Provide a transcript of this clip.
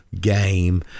game